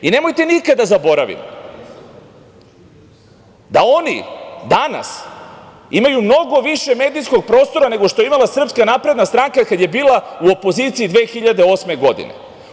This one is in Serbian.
Nemojte nikada zaboraviti da oni danas imaju mnogo više medijskog prostora nego što je imala SNS kada je bila u opoziciji 2008. godine.